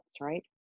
Right